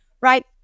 right